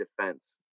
defense